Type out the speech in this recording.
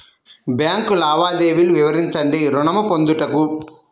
Bank లావాదేవీలు వివరించండి ఋణము పొందుటకు?